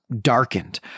darkened